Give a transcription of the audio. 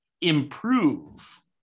improve